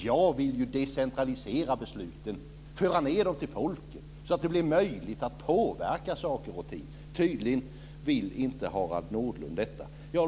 Jag vill decentralisera besluten och föra ned dem till folket så att det blir möjligt att påverka saker och ting. Tydligen vill inte Harald Nordlund detta.